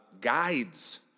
guides